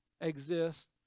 exist